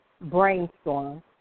brainstorm